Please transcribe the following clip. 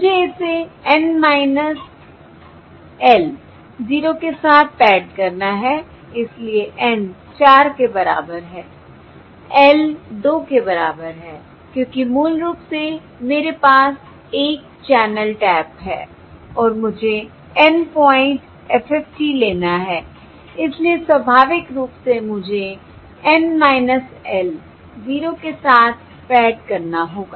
मुझे इसे N -l 0 के साथ पैड करना है इसलिए N 4 के बराबर है l 2 के बराबर है क्योंकि मूल रूप से मेरे पास l चैनल टैप्स है और मुझे N पॉइंट FFT लेना है इसलिए स्वाभाविक रूप से मुझे N -l 0 के साथ पैड करना होगा